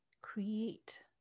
create